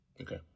Okay